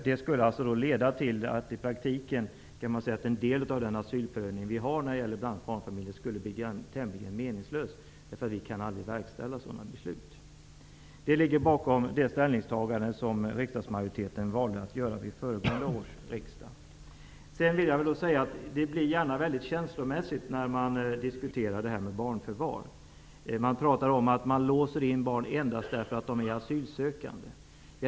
Det skulle leda till att asylprövningen i fråga om barnfamiljer i praktiken skulle bli tämligen meningslös. Sådana beslut kan aldrig verkställas. Detta ligger bakom det ställningstagande som riksdagsmajoriteten valde vid föregående års riksdag. Diskussionen om barn i förvar blir gärna känslomässig. Man pratar om att barn låses in endast därför att de är asylsökande.